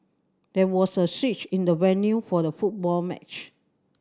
there was a switch in the venue for the football match